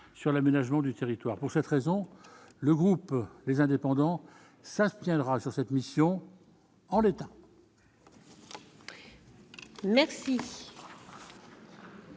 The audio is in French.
sur l'aménagement du territoire, pour cette raison le groupe, les indépendants, ça se tiendra sur cette mission en l'état. Merci.